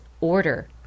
order